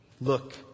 Look